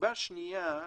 הסיבה השנייה,